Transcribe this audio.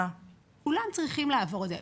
כולם צריכים לעבור את זה.